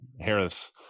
Harris